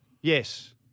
Yes